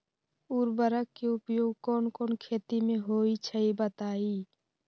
उर्वरक के उपयोग कौन कौन खेती मे होई छई बताई?